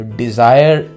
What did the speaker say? desire